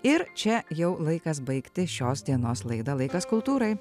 ir čia jau laikas baigti šios dienos laidą laikas kultūrai